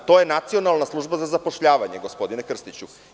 To je Nacionalna služba za zapošljavanje, gospodine Krstiću.